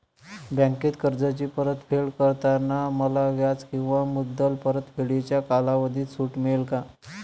बँकेत कर्जाची परतफेड करताना मला व्याज किंवा मुद्दल परतफेडीच्या कालावधीत सूट मिळेल का?